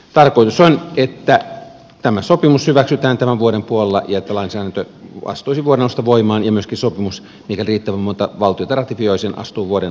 tarkoitus on että tämä sopimus hyväksytään tämän vuoden puolella ja että lainsäädäntö astuisi vuoden alusta voimaan ja myöskin sopimus mikäli riittävän monta valtiota ratifioi sen astuu vuoden alussa voimaan